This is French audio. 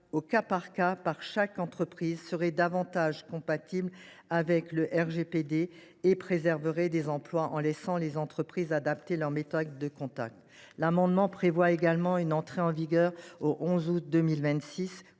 au cas par cas par chaque entreprise, serait davantage compatible avec le RGPD et préserverait des emplois en laissant les entreprises adapter leurs méthodes de contact. Cet amendement tend également à prévoir une entrée en vigueur au 11 août 2026